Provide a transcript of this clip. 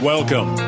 Welcome